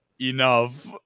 enough